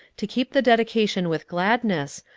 to keep the dedication with gladness,